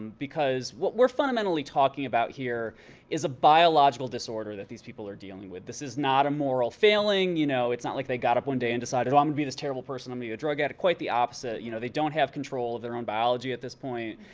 because what we're fundamentally talking about here is a biological disorder that these people are dealing with. this is not a moral failing. you know it's not like they got up one day and decided, oh, i'm gonna be this terrible person i'm gonna be a drug addict. quite the opposite. you know they don't have control of their own biology at this point.